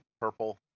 purple